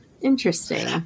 Interesting